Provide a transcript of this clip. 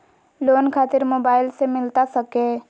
Loan खातिर mobile से मिलता सके?